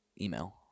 email